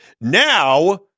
Now